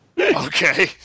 Okay